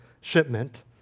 shipment